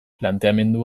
planteamendu